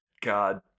God